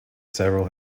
several